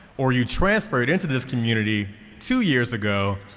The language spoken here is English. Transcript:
or you transferred into this community two years ago,